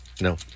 No